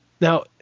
Now